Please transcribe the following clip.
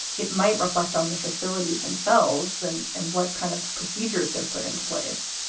it might reflect on the facilities themselves and and what kind of procedures they've put into place